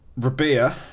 Rabia